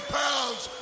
pounds